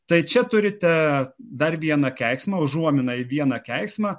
tai čia turite dar vieną keiksmą užuominą į vieną keiksmą